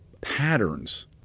patterns